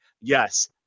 yes